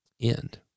end